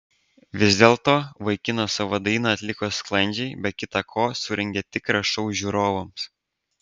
vis dėlto vaikinas savo dainą atliko sklandžiai be kita ko surengė tikrą šou žiūrovams